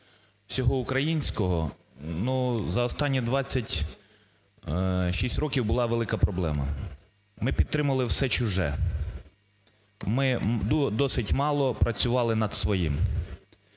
всього українського за останні 26 років була велика проблема. Ми підтримували все чуже, ми досить мало працювали над своїм